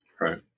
right